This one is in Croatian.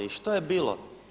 I što je bilo?